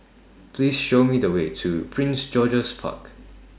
Please Show Me The Way to Prince George's Park